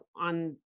on